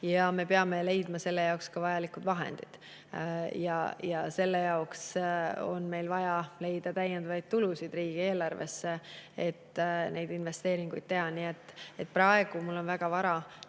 Me peame leidma selle jaoks ka vajalikud vahendid. Selle jaoks on meil vaja leida täiendavaid tulusid riigieelarvesse, et neid investeeringuid teha. Praegu mul on väga vara